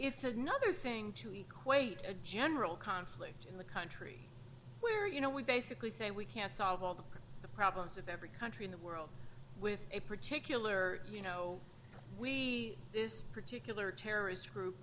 it's another thing to eat quite a general conflict in a country where you know we basically say we can't solve all the problems of every country in the world with a particular you know we this particular terrorist group